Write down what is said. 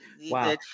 Wow